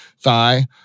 thigh